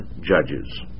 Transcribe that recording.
judges